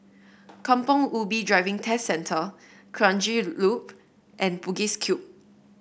Kampong Ubi Driving Test Centre Kranji Loop and Bugis Cube